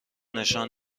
نشان